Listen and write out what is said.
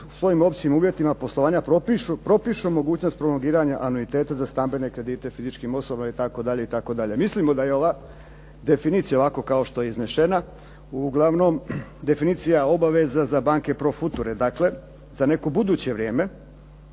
svojim općim uvjetima poslovanja propišu mogućnost prolongiranja anuiteta za stambene kredite fizičkim osobama itd. itd. Mislimo da je ova definicija ovako kao što je iznešena uglavnom definicija obaveza za banke pro future, dakle za neko buduće vrijeme